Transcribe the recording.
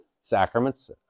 sacraments